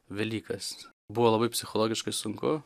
velykas buvo labai psichologiškai sunku